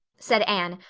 said anne,